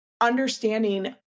understanding